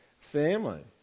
family